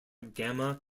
gamma